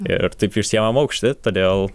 ir taip išsiimam aukštį todėl